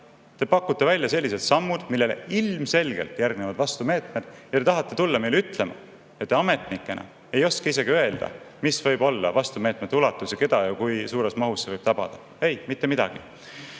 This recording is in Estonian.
Te pakute välja sellised sammud, millele ilmselgelt järgnevad vastumeetmed, ja te tahate tulla meile ütlema, et te ametnikena ei oska isegi öelda, mis võib olla vastumeetmete ulatus ning keda ja kui suures mahus see võib tabada." Ei, mitte midagi. Teiseks